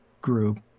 group